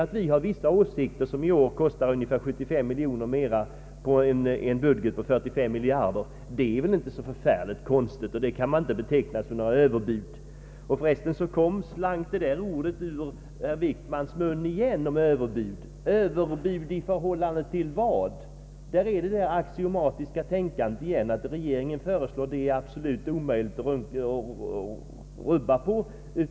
Att vi sedan har vissa förslag som i år kostar 75 miljoner kronor på en budget på 45 miljarder, det är väl inte så konstigt. Det kan man inte beteckna som några överbud. Förresten slank det där ordet överbud ur herr Wickmans mun igen. Överbud i förhållande till vad? Där återkommer det axiomatiska tänkandet att vad regeringen föreslår är det absolut omöjligt att rubba på.